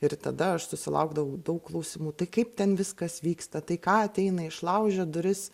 ir tada aš susilaukdavau daug klausimų tai kaip ten viskas vyksta tai ką ateina išlaužia duris